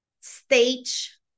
stage